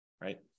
right